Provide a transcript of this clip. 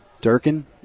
Durkin